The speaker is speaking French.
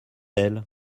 elle